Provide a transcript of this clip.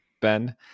Ben